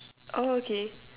oh okay